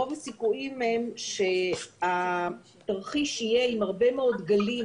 רוב הסיכויים הם שהתרחיש יהיה עם הרבה מאוד גלים